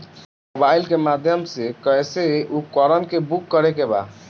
Mobile के माध्यम से कैसे उपकरण के बुक करेके बा?